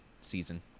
season